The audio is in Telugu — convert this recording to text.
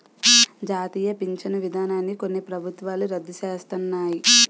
జాతీయ పించను విధానాన్ని కొన్ని ప్రభుత్వాలు రద్దు సేస్తన్నాయి